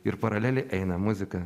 ir paralelej eina muzika